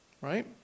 right